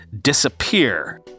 disappear